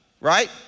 right